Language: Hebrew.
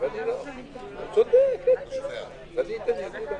אני מצטרף להסתייגויות.